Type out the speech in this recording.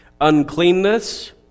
Uncleanness